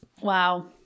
Wow